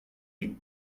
les